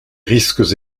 risques